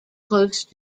close